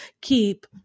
keep